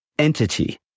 Entity